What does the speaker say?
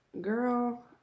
Girl